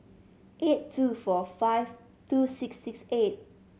eight two four five two six six eight